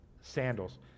Sandals